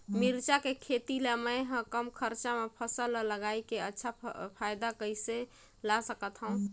मिरचा के खेती ला मै ह कम खरचा मा फसल ला लगई के अच्छा फायदा कइसे ला सकथव?